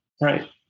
Right